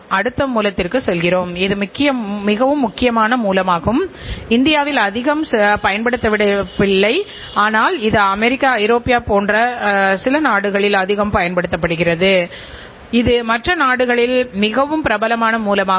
அது சிறந்ததாக இல்லாவிட்டாலும் அது உகந்ததாக இருக்கும்போது உள்ளீடுகளை சிறப்பாகப் பயன்படுத்துவதில் உள்ள குறைபாடுகளை தடுக்கிறோம் பின்னர் நம் உற்பத்தித்திறன் அதிகரிக்கும் என்று கூறமுடியும்